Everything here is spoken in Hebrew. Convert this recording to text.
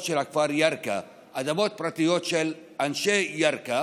של הכפר ירכא: אדמות פרטיות של אנשי ירכא